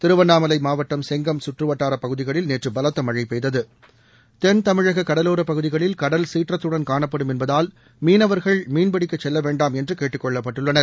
திருவண்ணாமலை மாவட்டம் செங்கம் சுற்றுவட்டாரப் பகுதிகளில் நேற்று பலத்த மழை பெய்தது தென் தமிழக கடலோர பகுதிகளில் கடல் சீற்றத்துடன் காணப்படும் என்பதால் மீனவர்கள் மீன்பிடிக்க செல்லவேண்டாம் என்று கேட்டுக்கொள்ளப்பட்டுள்ளனர்